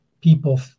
People